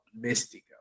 Mystico